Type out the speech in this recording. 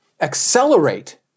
accelerate